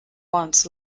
once